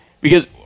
because-